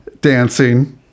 dancing